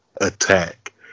attack